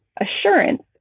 assurance